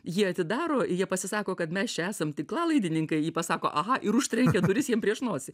ji atidaro jie pasisako kad mes esam tinklalaidininkai ji pasako aha ir užtrenkia duris jiem prieš nosį